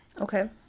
okay